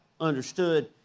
understood